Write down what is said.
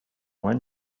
when